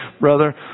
brother